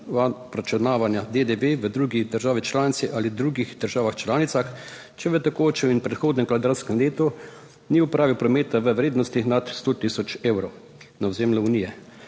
obračunavanja DDV v drugi državi članici ali drugih državah članicah, če v tekočem in prihodnjem kvadratskem letu ni opravil prometa v vrednosti nad 100 tisoč evrov na ozemlju Unije.